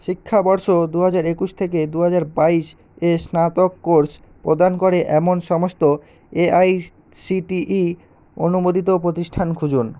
শিক্ষাবর্ষ দু হাজার একুশ থেকে দু হাজার বাইশ এ স্নাতক কোর্স প্রদান করে এমন সমস্ত A I C T E অনুমোদিত প্রতিষ্ঠান খুঁজুন